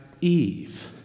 Eve